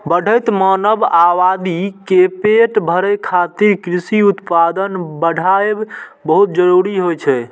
बढ़ैत मानव आबादी के पेट भरै खातिर कृषि उत्पादन बढ़ाएब बहुत जरूरी होइ छै